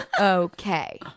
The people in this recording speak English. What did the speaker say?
Okay